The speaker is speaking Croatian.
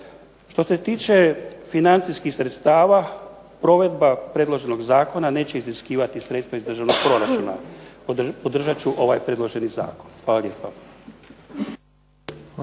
Što se tiče financijskih sredstava, provedba predloženog Zakona neće iziskivati sredstva iz državnog proračuna. Podržat ću ovaj predloženi Zakon. Hvala lijepa.